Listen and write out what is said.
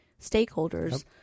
stakeholders